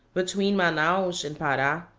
between manaos and para,